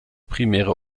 primäre